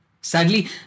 Sadly